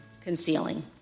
concealing